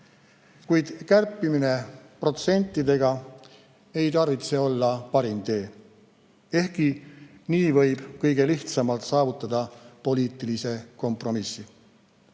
Kuid kärpimine protsentidega ei tarvitse olla parim tee, ehkki nii võib kõige lihtsamalt saavutada poliitilise kompromissi.